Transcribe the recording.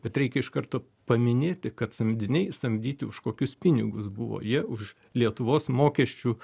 bet reikia iš karto paminėti kad samdiniai samdyti už kokius pinigus buvo jie už lietuvos mokesčių